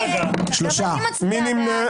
מי נמנע?